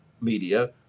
Media